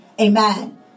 Amen